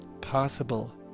possible